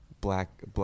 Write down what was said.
Black